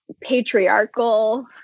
patriarchal